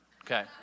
okay